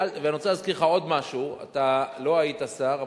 אני רוצה להזכיר לך עוד משהו: אתה לא היית שר,